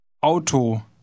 Auto